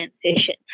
transition